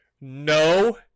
No